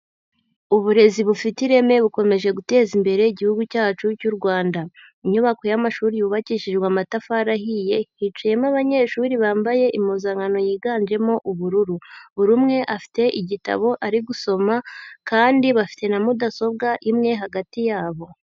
Uburezi bufite ireme bukomeje guteza imbere igihugu cyacu cy'u Rwanda. Inyubako y'amashuri yubakishijwe amatafari ahiye, hicayemo abanyeshuri bambaye impuzankano yiganjemo ubururu, buri umwe afite igitabo ari gusoma kandi bafite na mudasobwa imwe hagati yabo.